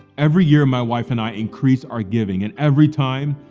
every year my wife and i increase our giving and every time,